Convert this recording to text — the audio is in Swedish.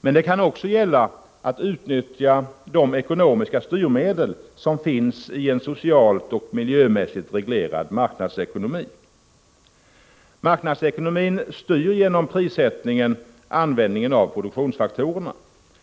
Men det kan också gälla att utnyttja de ekonomiska styrmedel som finns i en socialt och miljömässigt reglerad marknadsekonomi. Marknadsekonomin styr genom prissättningen användningen av produktionsfaktorerna.